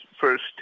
first